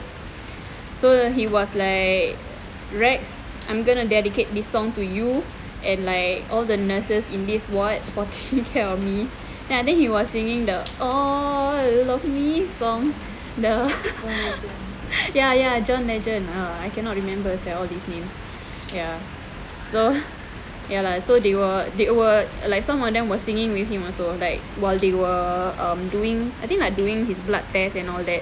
so he was like rex I'm going to dedicate this song to you and like all the nurses in this ward for taking care of me and then he was singing the all of me song ya ya john legend I cannot remember ah all these names ya so ya lah so they were they were like some of them were singing with him also like while they were doing um I think doing his blood test and all that